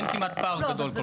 אין כמעט פער גדול כל כך.